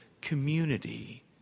community